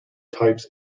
types